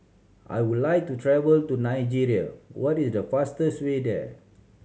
I would like to travel to Nigeria what is the fastest way there